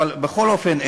בכל אופן,